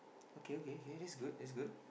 okay okay okay that's good that's good